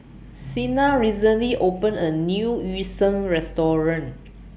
Sienna recently opened A New Yu Sheng Restaurant